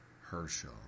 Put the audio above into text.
Herschel